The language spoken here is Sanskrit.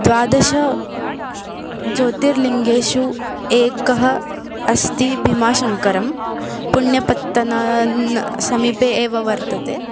द्वादश ज्योतिर्लिङ्गेषु एकः अस्ति भिमाशङ्करं पुण्यपत्तना ना समीपे एव वर्तते